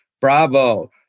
Bravo